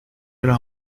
pero